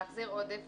להחזיר עודף,